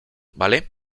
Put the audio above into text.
vale